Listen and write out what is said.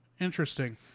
Interesting